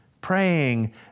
praying